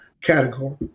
category